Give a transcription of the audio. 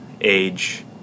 age